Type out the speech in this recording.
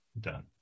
done